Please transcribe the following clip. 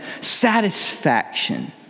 satisfaction